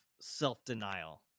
self-denial